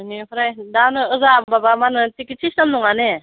बेनिफ्राय मा होनो ओजाहा माबानो टिकेट सिस्टेम नङा ने